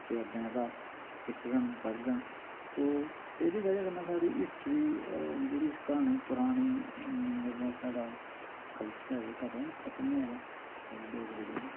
ते अग्गे एहदा सिक्खगन पढ़गन तो एहदी बजह कन्नै साढ़़ी हिस्ट्री जेहड़ी साढ़ी क्हानी परानी जेहड़ा साढ़ा कल्चर ऐ जेहका ओह् खत्म होआ दा डोगरी खत्म ऐ